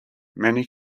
many